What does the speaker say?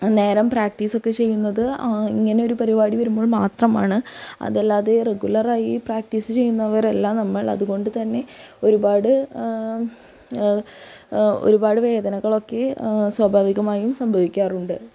അന്നേരം പ്രാക്ടീസൊക്കെ ചെയ്യുന്നത് ഇങ്ങനൊരു പരിപാടി വരുമ്പോൾ മാത്രമാണ് അതല്ലാതെ റഗുലറായി പ്രാക്റ്റീസ് ചെയ്യുന്നവരല്ല നമ്മൾ അതുകൊണ്ട് തന്നെ ഒരുപാട് ഒരുപാട് വേദനകളൊക്കെ സ്വാഭാവികമായും സംഭവിക്കാറുണ്ട്